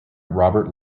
robert